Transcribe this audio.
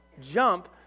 jump